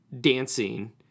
dancing